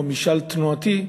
או משאל תנועתי,